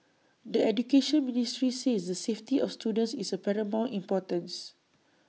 the Education Ministry says the safety of students is of paramount importance